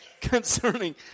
Concerning